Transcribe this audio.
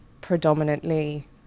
predominantly